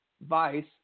vice